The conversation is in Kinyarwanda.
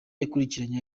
yakurikiranye